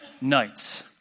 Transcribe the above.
Nights